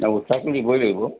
নাই উৎসাহটো দিবই লাগিব